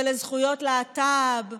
על זכויות להט"ב.